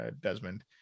Desmond